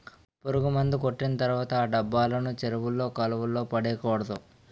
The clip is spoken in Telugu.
పురుగుమందు కొట్టిన తర్వాత ఆ డబ్బాలను చెరువుల్లో కాలువల్లో పడేకూడదు